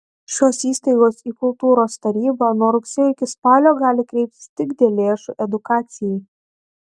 šios įstaigos į kultūros tarybą nuo rugsėjo iki spalio gali kreiptis tik dėl lėšų edukacijai